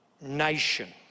nation